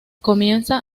comienza